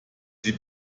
sie